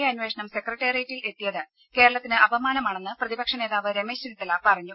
A അന്വേഷണം സെക്രട്ടറിയേറ്റിൽ എത്തിയത് കേരളത്തിന് അപമാനമാണെന്ന് പ്രതിപക്ഷ നേതാവ് രമേശ് ചെന്നിത്തല പറഞ്ഞു